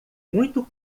muito